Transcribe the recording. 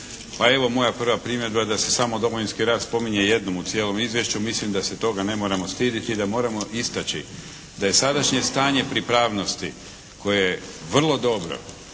Pa evo moja prva primjedba da se samo Domovinski rat spominje jednom u cijelom izvješću. Mislim da se toga ne moramo stidjeti i da moramo istaći da je sadašnje stanje pripravnosti koje je vrlo dobro